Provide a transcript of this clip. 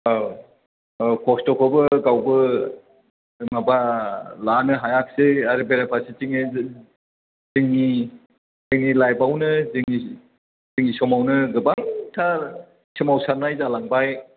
औ औ खस्थ'खौबो गावबो माबा लानो हायाखसै आरो बेरा फारसेथिङै जोंनि जोंनि लाइफआवनो जोंनि जोंनि समावनो गोबांथार सोमावसारनाय जालांबाय